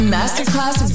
Masterclass